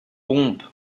pompe